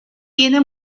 tiene